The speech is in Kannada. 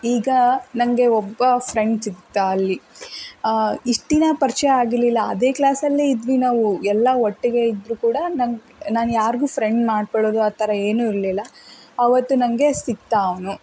ಈಗ ನನಗೆ ಒಬ್ಬ ಫ್ರೆಂಡ್ ಸಿಕ್ಕಿದ ಅಲ್ಲಿ ಇಷ್ಟು ದಿನ ಪರಿಚಯ ಆಗಿರಲಿಲ್ಲ ಅದೇ ಕ್ಲಾಸಲ್ಲೇ ಇದ್ವಿ ನಾವು ಎಲ್ಲ ಒಟ್ಟಿಗೆ ಇದ್ದರೂ ಕೂಡ ನಂಗೆ ನಾನು ಯಾರಿಗೂ ಫ್ರೆಂಡ್ ಮಾಡ್ಕೊಳ್ಳೋದು ಆ ಥರ ಏನು ಇರಲಿಲ್ಲ ಆವತ್ತು ನನಗೆ ಸಿಕ್ಕಿದ ಅವನು